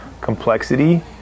complexity